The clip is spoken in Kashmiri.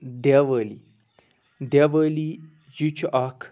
دٮ۪وٲلی دٮ۪وٲلی یہِ چھُ اکھ